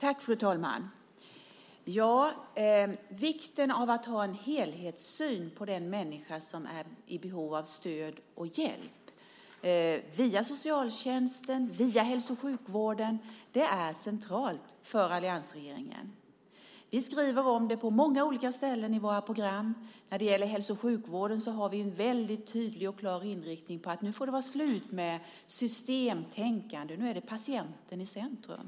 Fru talman! Vikten av att ha en helhetssyn på den människa som är i behov av stöd och hjälp, via socialtjänsten och via hälso och sjukvården, är central för alliansregeringen. Vi skriver om det på många olika ställen i våra program. När det gäller hälso och sjukvården har vi en väldigt tydlig och klar inriktning på att det nu får vara slut med systemtänkande och att det nu är patienten som står i centrum.